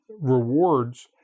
rewards